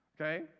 Okay